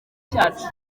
cyacu